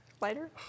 Lighter